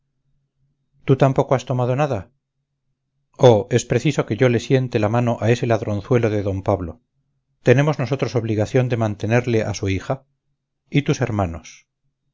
tú tampoco has tomado nada oh es preciso que yo le siente la mano a ese ladronzuelo de d pablo tenemos nosotros obligación de mantenerle a su hija y tus hermanos